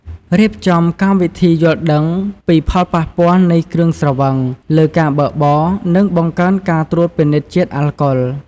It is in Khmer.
រៀបចំ កម្មវិធីយល់ដឹងពីផលប៉ះពាល់នៃគ្រឿងស្រវឹង លើការបើកបរ និងបង្កើនការត្រួតពិនិត្យជាតិអាល់កុល។